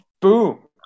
boom